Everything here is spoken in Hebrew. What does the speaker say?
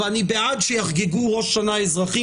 אני בעד שמי שרוצה יחגוג את תחילת השנה האזרחית,